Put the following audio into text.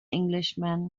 englishman